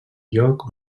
lloc